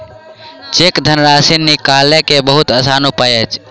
cheque धनराशि निकालय के बहुत आसान उपाय अछि